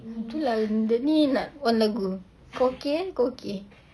ah tu lah dia ni nak on lagu kau okay eh kau okay